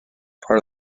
part